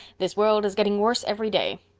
this world is getting worse every day.